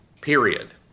period